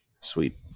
Sweet